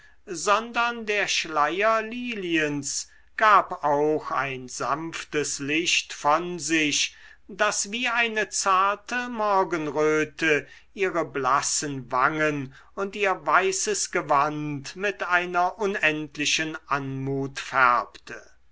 sondern der schleier liliens gab auch ein sanftes licht von sich das wie eine zarte morgenröte ihre blassen wangen und ihr weißes gewand mit einer unendlichen anmut färbte